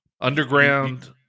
underground